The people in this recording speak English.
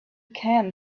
can